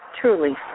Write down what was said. truly